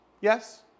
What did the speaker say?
Yes